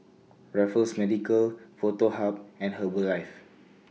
Raffles Medical Foto Hub and Herbalife